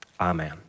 amen